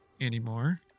anymore